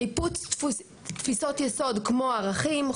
ניפוץ תפישות יסוד כמו ערכים,